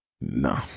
No